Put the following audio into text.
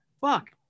fuck